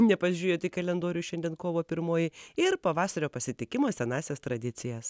nepažiūrėjot į kalendorių šiandien kovo pirmoji ir pavasario pasitikimas senąsias tradicijas